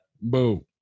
Boo